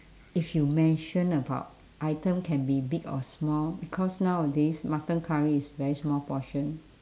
if you mention about item can be big or small because nowadays mutton curry is very small portion